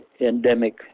endemic